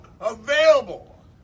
available